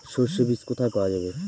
সর্ষে বিজ কোথায় পাওয়া যাবে?